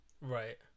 Right